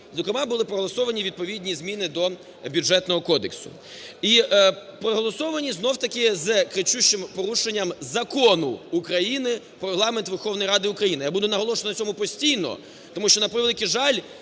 зокрема були проголосовані відповідні зміни до Бюджетного кодексу і проголосовані знов-таки з кричущим порушенням Закону України "Про Регламент Верховної Ради України". Я буду наголошувати на цьому постійно, тому що, на превеликий жаль,